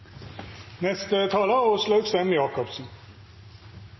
Neste taler